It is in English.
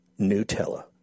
Nutella